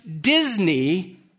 Disney